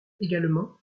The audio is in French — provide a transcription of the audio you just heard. également